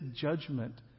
judgment